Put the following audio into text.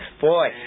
Boy